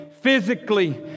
physically